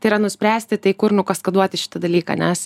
tai yra nuspręsti tai kur nukaskaduoti šitą dalyką nes